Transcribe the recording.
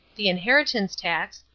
the inheritance tax,